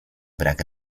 brak